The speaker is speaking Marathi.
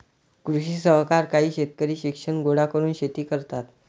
कृषी सहकार काही शेतकरी शिक्षण गोळा करून शेती करतात